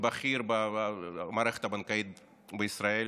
בכיר במערכת הבנקאית בישראל.